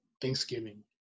Thanksgiving